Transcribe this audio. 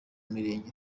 mirenge